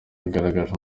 yagaragaje